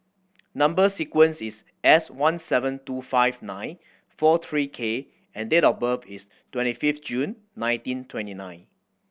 number sequence is S one seven two five nine four three K and date of birth is twenty fifth June nineteen twenty nine